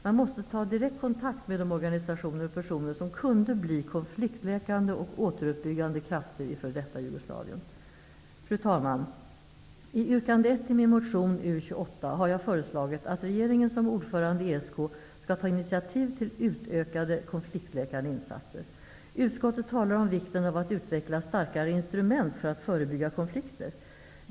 Man måste ta direkt kontakt med de organisationer och personer som kunde bli konfliktläkande och återuppbyggande krafter i f.d. Jugoslavien. Fru talman! I yrkande 1 i min motion U28 har jag föreslagit att regeringen som ordförande i ESK skall ta initiativ till utökade konfliktläkande insatser. Utskottet talar om vikten av att utveckla starkare instrument för att förebygga konflikter.